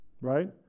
right